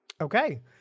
okay